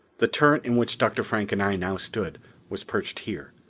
the turret in which dr. frank and i now stood was perched here.